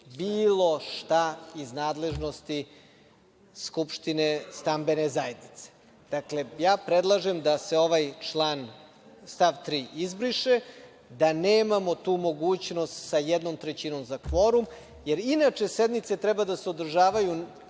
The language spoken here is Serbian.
bilo šta iz nadležnosti skupštine stambene zajednice. Predlažem da se ovaj stav tri izbriše, da nemamo tu mogućnost sa jednom trećinom za kvorum, jer inače sednice treba da se održavaju